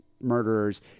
murderers